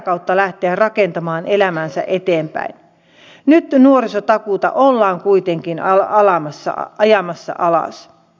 meillä on oikeus käydä tätä keskustelua esittää nämä kysymykset tässä salissa näille ministereille